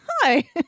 hi